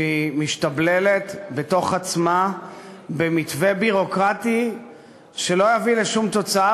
שהיא משתבללת בתוך עצמה במתווה ביורוקרטי שלא יביא לשום תוצאה,